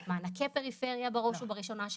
מענקי פריפריה בראש ובראשונה,